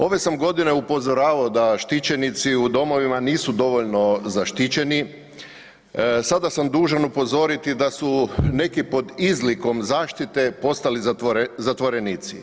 Ove sam godine upozoravao da štićenici u domovima nisu dovoljno zaštićeni, sada sam dužan upozoriti da su neki pod izlikom zaštite, postali zatvorenici.